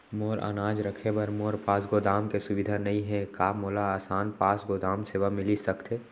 मोर अनाज रखे बर मोर पास गोदाम के सुविधा नई हे का मोला आसान पास गोदाम सेवा मिलिस सकथे?